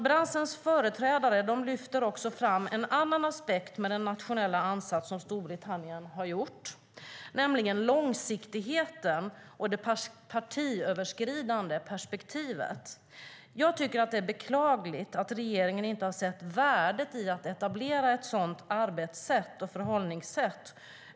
Branschens företrädare lyfter också fram en annan aspekt på den nationella ansats som Storbritannien har gjort, nämligen långsiktigheten och det partiöverskridande perspektivet. Jag tycker att det är beklagligt att regeringen inte har sett värdet i att etablera ett sådant arbetssätt och förhållningssätt.